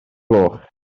gloch